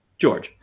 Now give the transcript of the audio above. George